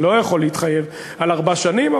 לא יכול להתחייב על ארבע שנים,